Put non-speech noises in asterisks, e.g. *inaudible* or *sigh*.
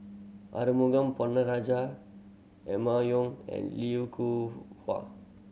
Arumugam Ponnu Rajah Emma Yong and Lim *unintelligible* Hua